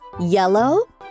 yellow